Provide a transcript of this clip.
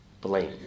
blame